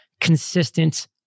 consistent